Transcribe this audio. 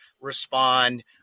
respond